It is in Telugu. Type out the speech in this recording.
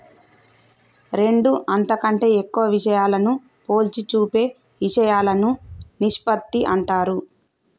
రెండు అంతకంటే ఎక్కువ విషయాలను పోల్చి చూపే ఇషయాలను నిష్పత్తి అంటారు